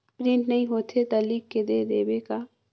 Print नइ होथे ता लिख के दे देबे का?